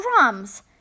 drums